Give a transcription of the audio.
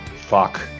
fuck